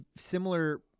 similar